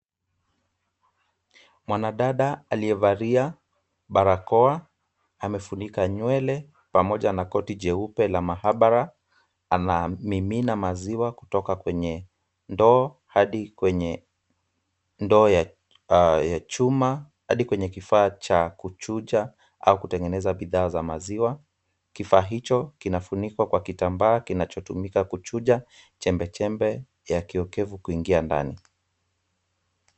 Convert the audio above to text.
Mwanadada aliyevalia barakoa amefunika nywele pamoja na koti jeupe la maabara. Anamimina maziwa kutoka kwenye ndoo hadi kwenye ndoo ya chuma hadi kwenye kifaa cha kuchuja au kutengeneza bidhaa za maziwa. Kifaa hicho kinafunikwa kwa kitambaa kinachotumika kuchuja chembechembe ya kioekevu kuingia ndani.